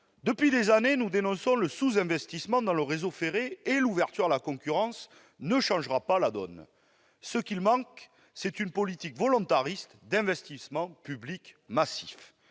Depuis des années, nous dénonçons le sous-investissement dans le réseau ferré. L'ouverture à la concurrence ne changera pas la donne ! Ce qu'il manque, c'est une politique volontariste d'investissements publics massifs.